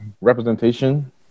representation